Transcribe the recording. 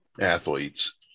athletes